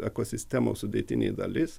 ekosistemos sudėtinė dalis